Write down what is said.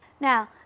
Now